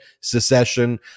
secession